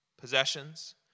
Possessions